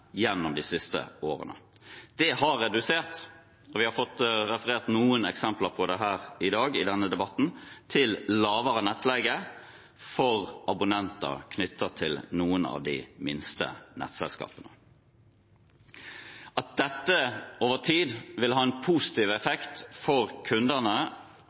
gjennom de siste årene. Det har resultert – og vi har fått referert noen eksempler på det i dag i denne debatten – i lavere nettleie for abonnenter knyttet til noen av de minste nettselskapene. At dette over tid vil ha en positiv effekt for